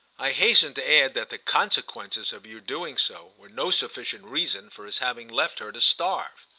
i hasten to add that the consequences of your doing so were no sufficient reason for his having left her to starve.